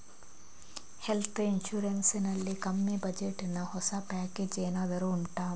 health insurance ನಲ್ಲಿ ಕಮ್ಮಿ budget ನ ಹೊಸ ಪ್ಯಾಕೇಜ್ ಏನಾದರೂ ಉಂಟಾ